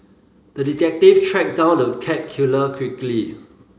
the detective tracked down the cat killer quickly